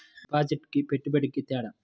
డిపాజిట్కి పెట్టుబడికి తేడా?